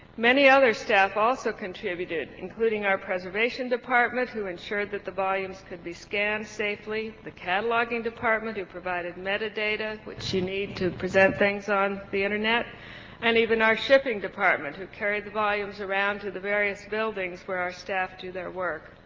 many other staff also contributed including our preservation department who ensured that the volumes could be scanned safely, the cataloging department who provided metadata which you need to present things on the internet and even our shipping department who carried the volumes around to the various buildings where our staff do their work.